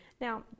Now